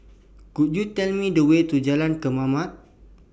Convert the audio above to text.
Could YOU Tell Me The Way to Jalan Kemaman